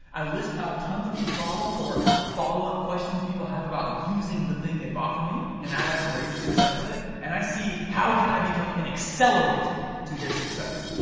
i list out tons of the problems or follow up questions people have about using the thing they bought from me and how to have greater success with it. and i see, how can i become an accelerant to their success.